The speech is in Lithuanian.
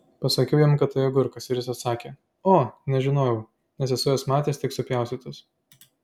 pasakiau jam kad tai agurkas ir jis atsakė o nežinojau nes esu juos matęs tik supjaustytus